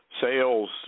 sales